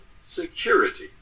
security